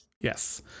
Yes